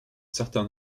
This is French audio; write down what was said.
certain